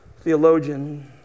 theologian